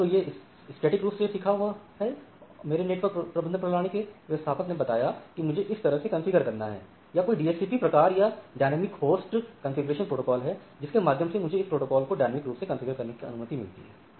या तो यह स्थैतिक रूप से सीखा हुआ है मेरे नेटवर्क प्रबंधन प्रणाली के व्यवस्थापक ने बताया है कि मुझे इस तरह से कॉन्फ़िगर करना है या कोई डीएचसीपी प्रकार या गत्यात्मक होस्ट कॉन्फ़िगरेशन प्रोटोकॉल है जिसके माध्यम से मुझे इस प्रोटोकॉल को dynamic रूप से कॉन्फ़िगर करने की अनुमति मिलती है